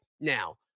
now